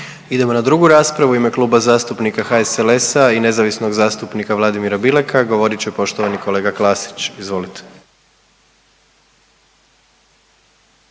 Sada će u ime Kluba zastupnika HSLS-a i nezavisnog zastupnika Vladimira Bileka govoriti poštovani zastupnik Darko Klasić, izvolite.